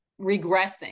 regressing